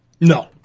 No